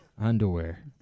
Underwear